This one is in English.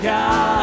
God